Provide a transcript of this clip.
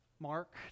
Mark